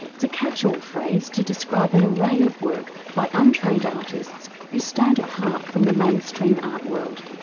it's a catch-all phrase to describe an array of work by untrained artists who stand apart from the mainstream art world.